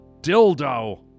dildo